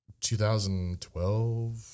2012